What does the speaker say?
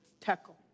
tackle